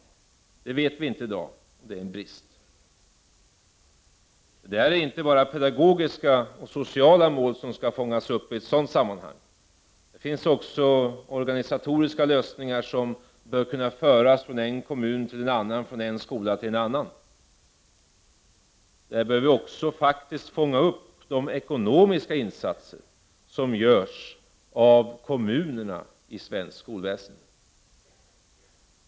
Det vet vi inte i dag, och det är en brist. Det är inte bara pedagogiska och sociala mål som skall fångas upp i ett sådant sammanhang. Det finns också organisatoriska lösningar som bör kunna föras från en kommun till en annan och från en skola till en annan. Där bör de ekonomiska insatser som görs av kommunerna i svenskt skolväsende fångas upp.